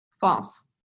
false